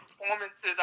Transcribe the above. performances